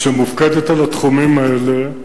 שמופקדת על התחומים האלה,